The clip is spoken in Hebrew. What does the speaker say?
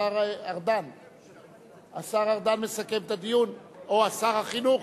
השר ארדן מסכם את הדיון, או שר החינוך.